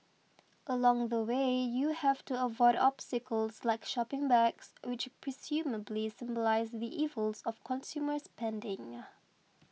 along the way you have to avoid obstacles like shopping bags which presumably symbolise the evils of consumer spending